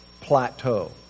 plateau